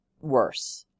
worse